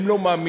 הם לא מאמינים,